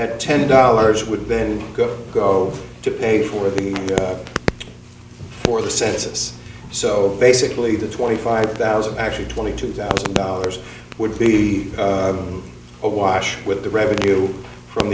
that ten dollars would then go to pay for the for the census so basically the twenty five thousand actually twenty two thousand dollars would be a wash with the revenue from